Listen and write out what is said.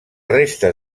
restes